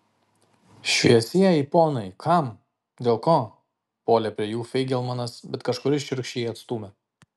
šviesieji ponai kam dėl ko puolė prie jų feigelmanas bet kažkuris šiurkščiai jį atstūmė